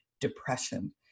depression